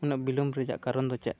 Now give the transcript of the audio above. ᱩᱱᱟᱹᱜ ᱵᱤᱞᱚᱢ ᱨᱮᱭᱟᱜ ᱠᱟᱨᱚᱱ ᱫᱚ ᱪᱮᱫ